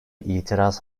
itiraz